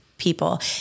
people